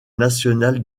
national